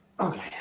okay